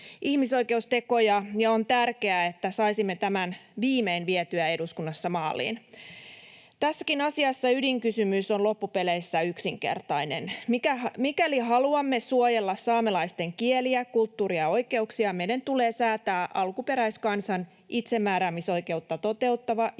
ihmisoikeustekoja, ja on tärkeää, että saisimme tämän viimein vietyä eduskunnassa maaliin. Tässäkin asiassa ydinkysymys on loppupeleissä yksinkertainen: mikäli haluamme suojella saamelaisten kieliä, kulttuuria ja oikeuksia, meidän tulee säätää alkuperäiskansan itsemääräämisoikeutta toteuttava